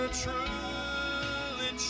truly